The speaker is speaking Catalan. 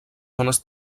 zones